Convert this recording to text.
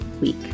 week